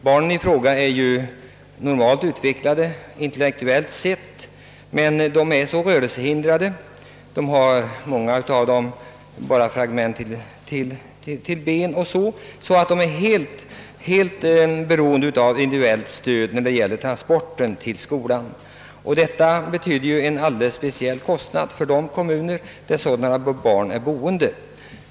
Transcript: Barnen är ju intellektuellt fullt normalt utrustade men är rörelsehindrade — många av barnen har t.ex. bara fragment till ben, de är sålunda helt beroende av individuellt stöd för transporten till skolan. Detta betyder ju en alldeles speciell kostnad för de kommuner där sådana barn är boende.